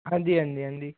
ਹਾਂਜੀ ਹਾਂਜੀ ਹਾਂਜੀ